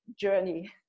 journey